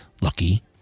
lucky